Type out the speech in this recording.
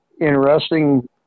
interesting